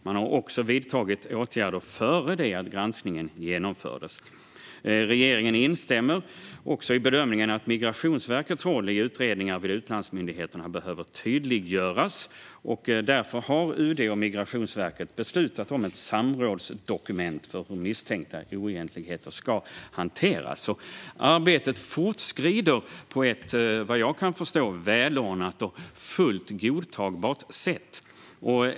Man har också vidtagit åtgärder innan granskningen genomfördes. Regeringen instämmer i bedömningen att Migrationsverkets roll i utredningar vid utlandsmyndigheterna behöver tydliggöras. Därför har UD och Migrationsverket beslutat om ett samrådsdokument om hur misstänkta oegentligheter ska hanteras. Arbetet fortskrider på ett vad jag kan förstå välordnat och fullt godtagbart sätt.